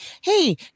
hey